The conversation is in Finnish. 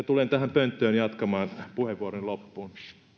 tulen pönttöön jatkamaan puheenvuoroni loppuun